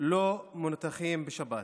לא מנותחים בשבת